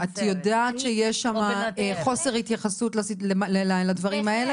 את יודעת שיש שם חוסר התייחסות לדברים האלה?